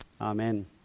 Amen